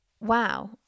wow